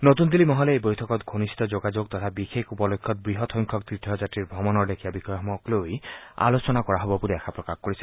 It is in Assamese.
নতুন দিল্লী মহলে এই বৈঠকত ঘনিষ্ঠ যোগাযোগ তথা বিশেষ উপলক্ষ্যত বৃহৎ সংখ্যক তীৰ্থযাত্ৰীৰ ভ্ৰমণৰ লেখিয়া বিষয়সমূহক লৈ আলোচনা কৰা হব বুলি আশা প্ৰকাশ কৰিছে